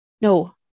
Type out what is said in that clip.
No